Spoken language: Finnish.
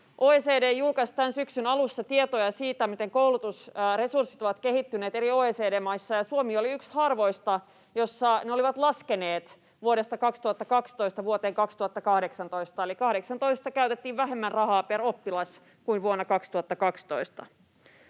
OECD julkaisi tämän syksyn alussa tietoja siitä, miten koulutusresurssit ovat kehittyneet eri OECD-maissa, ja Suomi oli yksi harvoista, joissa ne olivat laskeneet vuodesta 2012 vuoteen 2018. Eli vuonna 2018 käytettiin vähemmän rahaa per oppilas kuin vuonna 2012.